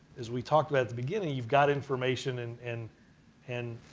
as we talked about at the beginning, you've got information and and and